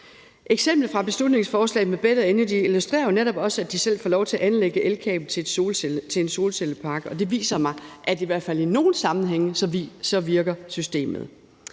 Eksemplet fra beslutningsforslaget med Better Energy illustrerer jo netop også, at de selv får lov til at anlægge et elkabel til en solcellepark, og det viser mig, at systemet i hvert fald i nogle sammenhænge virker.